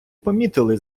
помітили